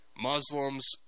Muslims